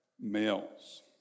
Males